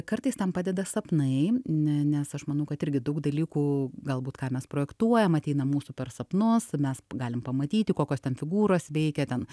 kartais tam padeda sapnai ne nes aš manau kad irgi daug dalykų galbūt ką mes projektuojam ateina mūsų per sapnus mes galim pamatyti kokios ten figūros veikia ten